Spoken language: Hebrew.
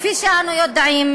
כפי שאנו יודעים,